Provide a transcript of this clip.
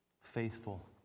faithful